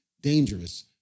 dangerous